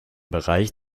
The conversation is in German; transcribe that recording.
bereich